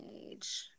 age